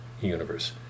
universe